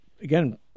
again